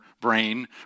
brain